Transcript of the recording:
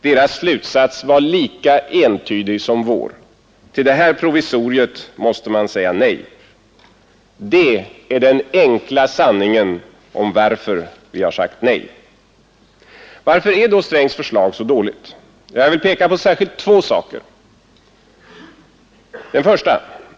Deras slutsats var lika entydig som vår: Till det här provisoriet måste man säga nej. Detta är den enkla sanningen om varför vi har sagt nej. Varför är då herr Strängs förslag så dåligt? Jag vill peka på särskilt två saker. 1.